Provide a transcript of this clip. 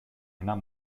einer